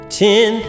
ten